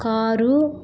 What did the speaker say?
car